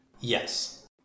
Yes